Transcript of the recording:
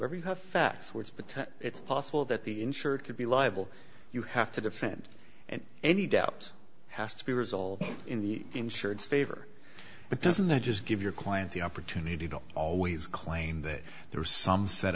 but it's possible that the insurer could be liable you have to defend any doubt has to be resolved in the insurance favor but doesn't that just give your client the opportunity to always claim that there was some set